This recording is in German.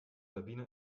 sabine